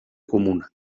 comuna